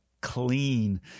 clean